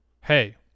hey